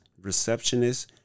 Receptionists